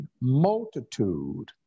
multitude